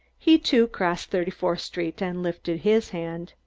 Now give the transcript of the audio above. he, too, crossed thirty-fourth street and lifted his hand.